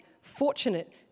fortunate